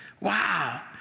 Wow